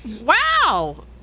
Wow